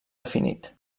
definit